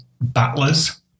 battlers